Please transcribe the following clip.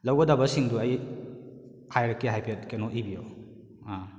ꯂꯧꯒꯗꯕꯁꯤꯡꯗꯣ ꯑꯩ ꯍꯥꯏꯔꯛꯀꯦ ꯍꯥꯏꯐꯦꯠ ꯀꯩꯅꯣ ꯏꯕꯤꯌꯣ